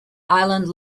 island